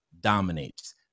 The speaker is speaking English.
dominates